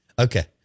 Okay